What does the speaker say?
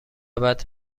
بعد